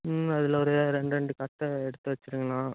ம் அதில் ஒரு ரெண்டு ரெண்டு கட்டு எடுத்து வைச்சிருங்கண்ணா